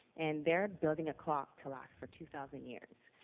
and they're building a clock to last for two thousand years.